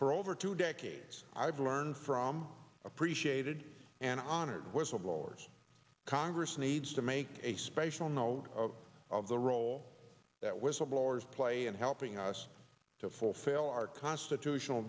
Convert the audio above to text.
for over two decades i've learned from appreciated and honored whistleblowers congress needs to make a special know of the role that whistleblowers play in helping us to fulfill our constitutional